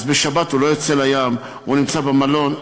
אז בשבת הוא לא יוצא לים והוא נמצא במלון.